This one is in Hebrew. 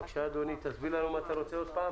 בבקשה, אדוני, תסביר לנו מה אתה רוצה עוד פעם